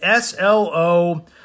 SLO